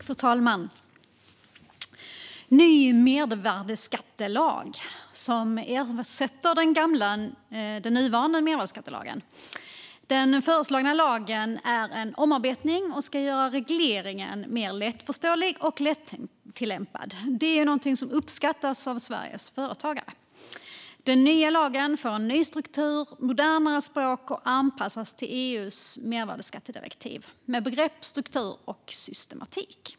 Fru talman! En ny mervärdesskattelag ersätter den nuvarande mervärdesskattelagen. Den föreslagna lagen är en omarbetning som ska göra regleringen mer lättförståelig och lättillämpad, något som uppskattas av Sveriges företagare. Den nya lagen får en ny struktur, modernare språk och anpassas till EU:s mervärdesskattedirektiv med begrepp, struktur och systematik.